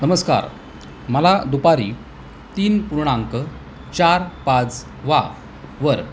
नमस्कार मला दुपारी तीन पूर्णांक चार पाच वा वर